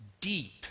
deep